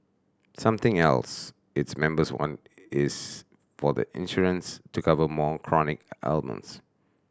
something else its members want is for the insurance to cover more chronic ailments